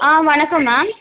ஆ வணக்கம் மேம்